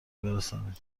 برسانیم